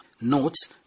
notes